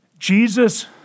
Jesus